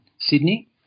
Sydney